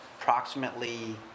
Approximately